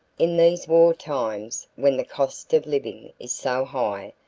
in these war times, when the cost of living is so high,